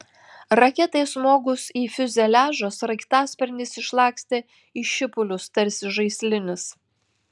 raketai smogus į fiuzeliažą sraigtasparnis išlakstė į šipulius tarsi žaislinis